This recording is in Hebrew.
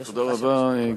יש לך שלוש דקות.